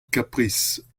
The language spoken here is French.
caprice